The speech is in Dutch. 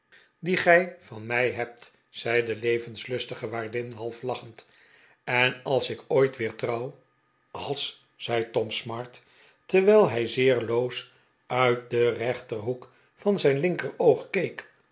die gij van mij hebt zei de levenslustige waardin half lachend t en als ik ooit weer trouw als zei tom smart terwijl hij zeer loos uit den rechterhoek van zijn linkeroog